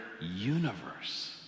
universe